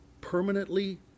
permanently